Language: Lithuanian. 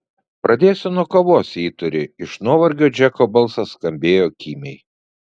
pradėsiu nuo kavos jei turi iš nuovargio džeko balsas skambėjo kimiai